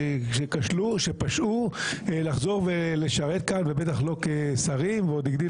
שכשלו או שפשעו לחזור ולשרת כאן ובטח לא כשרים ועוד הגדיל